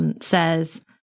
says